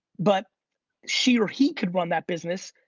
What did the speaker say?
but she or he could run that business.